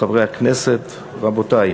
חברי הכנסת, רבותי,